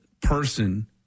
person